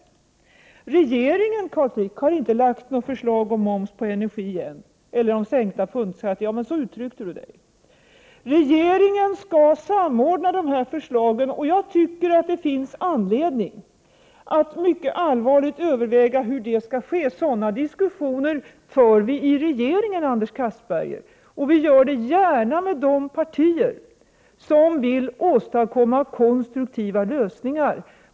Regeringen har inte, Carl Frick, lagt fram något förslag om skatt på energi än eller om sänkta punktskatter. Carl Frick uttryckte sig som om regeringen gjort det. Regeringen skall samordna de här förslagen, och jag tycker att det finns anledning att mycket allvarligt överväga hur det skall ske. Sådana diskussioner för vi i regeringen, Anders Castberger, och vi gör det gärna med de partier som vill åstadkomma konstruktiva lösningar.